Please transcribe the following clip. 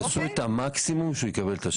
יעשו את המקסימום שהוא יקבל את השירות.